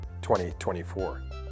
2024